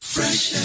Fresh